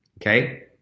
Okay